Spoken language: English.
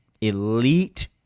elite